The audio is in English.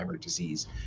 disease